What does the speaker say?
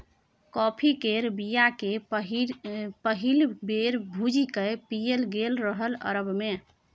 coffee केर बीया केँ पहिल बेर भुजि कए पीएल गेल रहय अरब मे